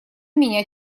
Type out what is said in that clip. меня